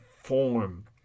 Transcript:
form